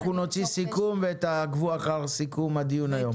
אנחנו נוציא סיכום ותעקבו אחרי סיכום הדיון היום.